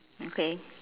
okay